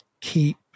keep